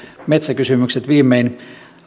metsäkysymykset viimein